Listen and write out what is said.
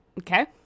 okay